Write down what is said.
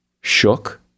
shook